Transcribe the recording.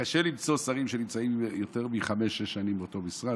קשה למצוא שרים שנמצאים יותר מחמש-שש שנים באותו משרד,